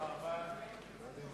נתקבלה.